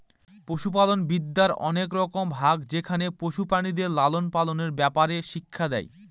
পশুপালনবিদ্যার অনেক রকম ভাগ যেখানে পশু প্রাণীদের লালন পালনের ব্যাপারে শিক্ষা দেয়